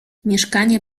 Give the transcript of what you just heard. mieszkanie